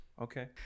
Okay